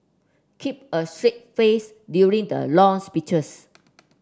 keep a straight face during the long speeches